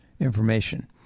Information